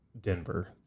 Denver